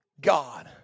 God